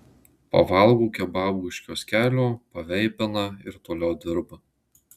pavalgo kebabų iš kioskelio paveipina ir toliau dirba